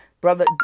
brother